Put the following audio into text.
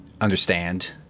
understand